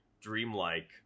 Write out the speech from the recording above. dreamlike